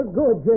good